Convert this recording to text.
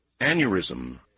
aneurysm